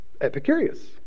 Epicurus